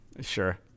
Sure